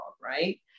Right